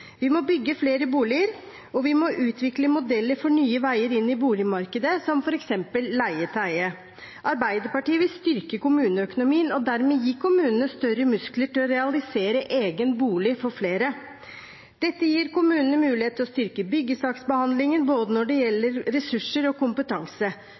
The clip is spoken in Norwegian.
Vi må bygge flere boliger, og vi må utvikle modeller for nye veier inn i boligmarkedet, som f.eks. leie-til-eie. Arbeiderpartiet vil styrke kommuneøkonomien og dermed gi kommunene større muskler til å realisere egen bolig for flere. Dette gir kommunene mulighet til å styrke byggesaksbehandlingen både når det